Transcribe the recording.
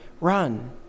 run